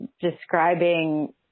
describing